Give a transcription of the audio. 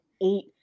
eight